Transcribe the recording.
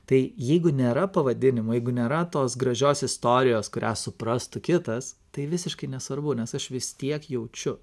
tai jeigu nėra pavadinimo jeigu nėra tos gražios istorijos kurią suprastų kitas tai visiškai nesvarbu nes aš vis tiek jaučiu